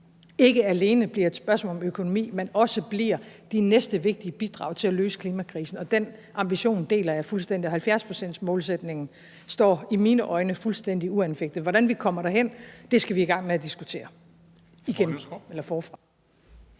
ikke alene bliver et spørgsmål om økonomi, men også bliver de næste vigtige bidrag til at løse klimakrisen, og den ambition deler jeg fuldstændig. 70-procentsmålsætningen står i mine øjne fuldstændig uanfægtet; hvordan vi kommer derhen, skal vi i gang med at diskutere